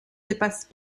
dépasse